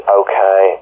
okay